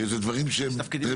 הרי אלה דברים טריוויאליים.